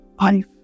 life